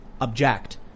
object